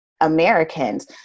Americans